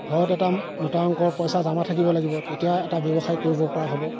ঘৰত এটা মোটা অংকৰ পইছা জমা থাকিব লাগিব তেতিয়াহে এটা ব্যৱসায় কৰিবপৰা হ'ব